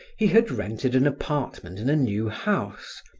he had rented an apartment in a new house,